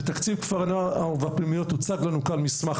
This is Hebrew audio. ותקציב כפרי הנוער והפנימיות הוצג לנו כאן מסמך